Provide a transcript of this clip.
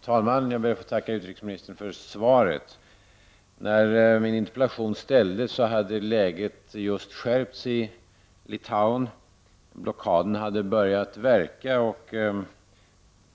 Herr talman! Jag ber att få tacka utrikesministern för svaret. När min interpellation framställdes hade läget just skärpts i Litauen. Blockaden hade börjat verka, och det